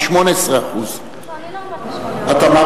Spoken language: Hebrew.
היא 18% לא,